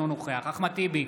אינו נוכח אחמד טיבי,